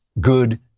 good